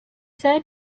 said